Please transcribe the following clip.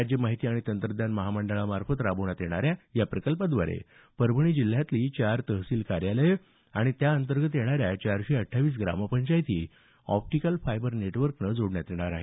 राज्य माहिती आणि तंत्रज्ञान महामंडळामार्फत राबवण्यात येणाऱ्या या प्रकल्पाद्वारे परभणी जिल्हातली चार तहसील कार्यालयं आणि त्याअंतर्गत येणाऱ्या चारशे अठ्ठावीस ग्रामपंचायती ऑप्टीकल फायबर नेटवर्कनं जोडण्यात येणार आहेत